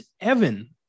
Evan